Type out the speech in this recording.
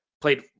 played